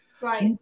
Right